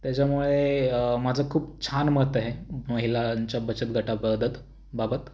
त्याच्यामुळे माझं खूप छान मत अहे महिलांच्या बचत गटापदत बाबत